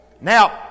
Now